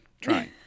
Trying